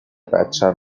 بچم